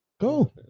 Go